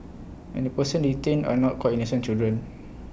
and the persons detained are not quite innocent children